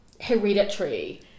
hereditary